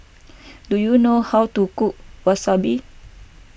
do you know how to cook Wasabi